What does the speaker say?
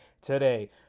today